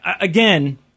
again